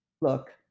look